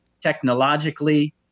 technologically